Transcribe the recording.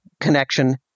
connection